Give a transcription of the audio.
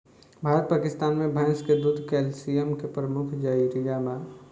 भारत पकिस्तान मे भैंस के दूध कैल्सिअम के प्रमुख जरिआ बा